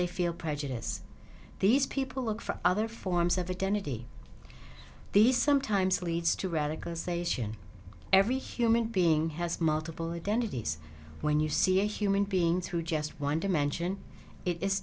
they feel prejudice these people look for other forms of identity these sometimes leads to radicalization every human being has multiple identities when you see a human beings who just want to mention it